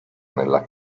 nella